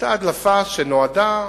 היתה הדלפה שנועדה,